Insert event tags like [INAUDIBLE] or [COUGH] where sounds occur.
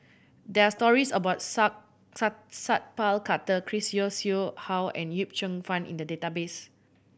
there are stories about [UNINTELLIGIBLE] Sat Pal Khattar Chris Yeo Siew Hua and Yip Cheong Fun in the database